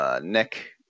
Nick